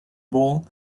bowl